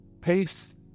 Peace